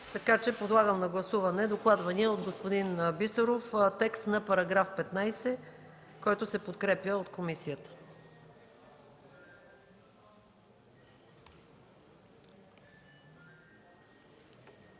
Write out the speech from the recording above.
така че подлагам на гласуване докладвания от господин Бисеров текст на § 15, който се подкрепя от комисията.